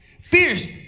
fierce